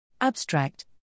Abstract